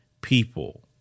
people